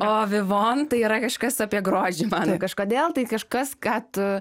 o vivon tai yra kažkas apie grožį man kažkodėl tai kažkas ką tu